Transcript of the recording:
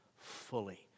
fully